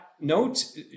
note